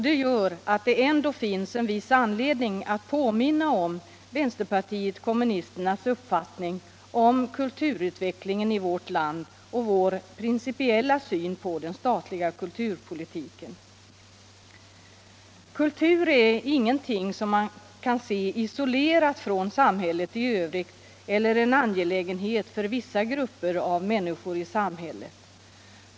Det gör att det ändå finns en viss anledning att påminna om vänsterpartiet kommunisternas uppfattning om kulturutvecklingen i vårt land och vår principiella syn på den statliga kulturpolitiken. Kultur är inte någonting som kan ses isolerat från samhället i övrigt. eller en angelägenhet för vissa grupper av människor i samhället.